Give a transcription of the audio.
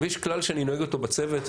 ויש כלל שאני נוהג אותו בצוות,